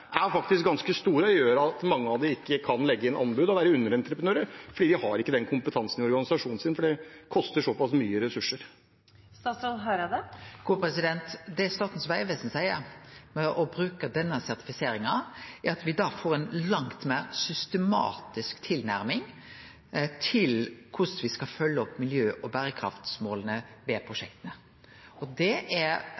dette faktisk er ganske store og gjør at mange av dem ikke kan legge inn anbud og være underentreprenører, for de ikke har den kompetansen i organisasjonen sin fordi det krever såpass mye ressurser? Det Statens vegvesen seier, er at me med å bruke denne sertifiseringa får ei langt meir systematisk tilnærming til korleis me skal følgje opp miljø- og berekraftsmåla ved